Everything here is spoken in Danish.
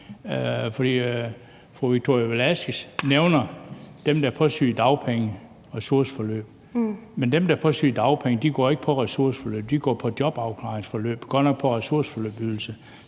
Fru Victoria Velasquez nævner dem, der er på sygedagpenge og i ressourceforløb, men dem, der er på sygedagpenge, er ikke i ressourceforløb; de er i jobafklaringsforløb – godt nok på ressourceforløbsydelse.